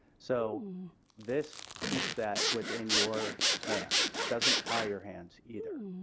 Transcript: so this keeps that within your hands doesn't tie your hands either.